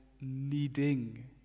needing